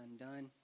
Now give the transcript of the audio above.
undone